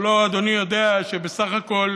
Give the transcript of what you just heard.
הלוא אדוני יודע שבסך הכול